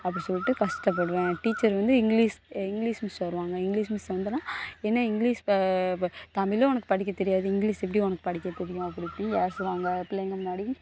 அப்படி சொல்லிவிட்டு கஷ்டப்படுவேன் டீச்சர் வந்து இங்கிலீஷ் இங்கிலீஷ் மிஸ் வருவாங்க இங்கிலீஷ் மிஸ் வந்தனா என்னை இங்கிலீஷ் தமிழும் உனக்கு படிக்க தெரியாது இங்கிலீஷ் எப்படி உனக்கு படிக்க தெரியும் அப்படி இப்படி ஏசுவாங்க பிள்ளைங்கள் முன்னாடி